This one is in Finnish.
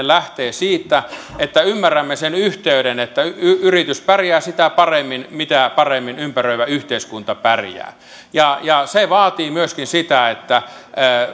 lähtee siitä että ymmärrämme sen yhteyden että yritys pärjää sitä paremmin mitä paremmin ympäröivä yhteiskunta pärjää se vaatii myöskin sitä että